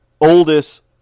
oldest